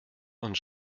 und